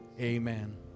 amen